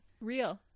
Real